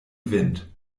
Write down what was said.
wind